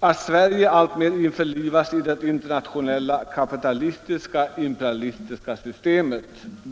att ”Sverige alltmer införlivas i det internationella kapita Näringspolitiken Näringspolitiken listiska imperialistiska systemet”.